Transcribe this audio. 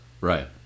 right